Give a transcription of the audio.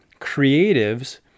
creatives